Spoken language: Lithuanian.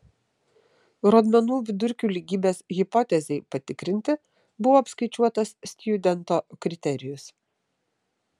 rodmenų vidurkių lygybės hipotezei patikrinti buvo apskaičiuotas stjudento kriterijus